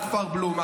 על כפר בלום,